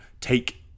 take